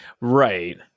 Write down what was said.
Right